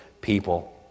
people